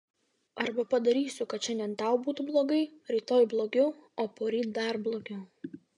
arba padarysiu kad šiandien tau būtų blogai rytoj blogiau o poryt dar blogiau